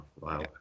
Wow